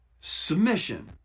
Submission